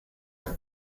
are